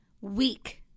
weak